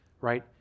right